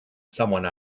someone